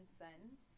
sons